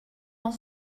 dans